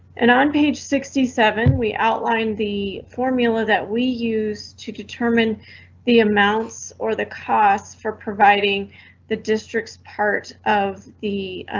and on page sixty seven we outlined the formula that we use to determine the amounts or the costs for providing the districts part of the